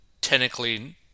technically